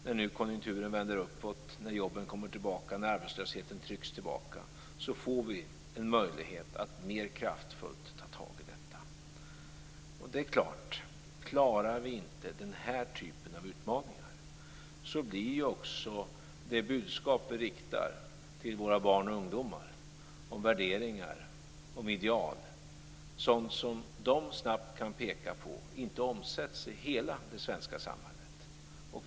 När nu konjunkturen vänder uppåt, när jobben kommer tillbaka, när arbetslösheten trycks tillbaka, får vi en möjlighet att mer kraftfullt ta tag i detta. Det är klart: Klarar vi inte den här typen av utmaningar, blir också det budskap som vi riktar till våra barn och ungdomar om värderingar och ideal något som de snabbt kan peka på att det inte omsätts i hela det svenska samhället.